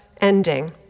ending